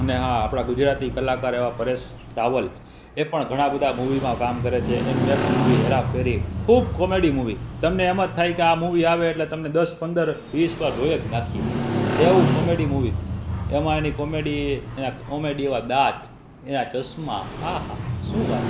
ને હા આપણા ગુજરાતી કલાકાર એવા પરેશ રાવલ એ પણ ઘણા બધા મૂવીમાં કામ કરે છે એનું એક મૂવી હેરાફેરી ખૂબ કોમેડી મૂવી તમને એમ જ થાય કે આ મૂવી આવે એટલે દસ પંદર વીસ વાર જોઈ જ નાખી એવું કોમેડી મૂવી એમાં એની કોમેડી એના કોમેડી એવા દાંત એના ચશ્મા આહાહા શું વાત છે